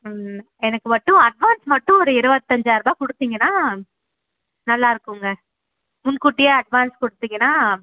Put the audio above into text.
ம் எனக்கு மட்டும் அட்வான்ஸ் மட்டும் ஒரு இருபத்தஞ்சாயிர்ரூபா கொடுத்தீங்கன்னா நல்லாயிருக்குங்க முன்கூட்டியே அட்வான்ஸ் கொடுத்தீங்கன்னா